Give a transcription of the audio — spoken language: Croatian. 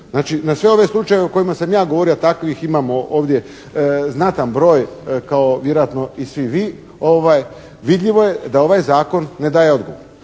na sve ove slučajeve o kojima sam ja govorio a takvih imamo ovdje znatan broj kao vjerojatno i svi vi, vidljivo je da ovaj Zakon ne daje odgovore.